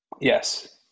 Yes